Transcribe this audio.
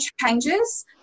changes